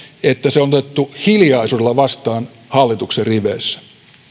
että se on otettu hiljaisuudella vastaan hallituksen riveissä